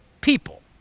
people